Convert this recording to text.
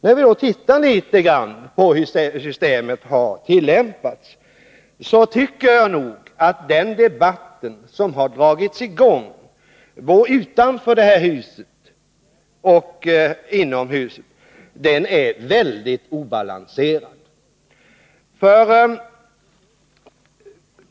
När vi tittar litet grand på hur systemet har tillämpats tycker jag att det framgår att den debatt som dragits i gång både utanför detta hus och inom huset är mycket obalanserad.